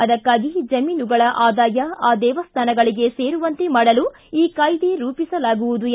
ಅದಕ್ಕಾಗಿ ಜಮೀನುಗಳ ಆದಾಯ ಆ ದೇವಸ್ಥಾನಗಳಿಗೆ ಸೇರುವಂತೆ ಮಾಡಲು ಈ ಕಾಯ್ದೆ ರೂಪಿಸಲಾಗುವುದು ಎಂದು ಹೇಳಿದರು